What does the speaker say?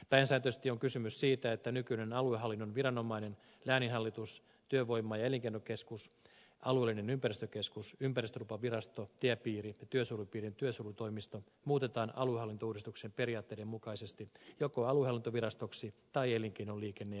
pääsääntöisesti on kysymys siitä että nykyinen aluehallinnon viranomainen lääninhallitus työvoima ja elinkeinokeskus alueellinen ympäristökeskus ympäristölupavirasto tiepiiri ja työsuojelupiirin työsuojelutoimisto muutetaan aluehallintouudistuksen periaatteiden mukaisesti joko aluehallintovirastoksi tai elinkeino liikenne ja ympäristökeskukseksi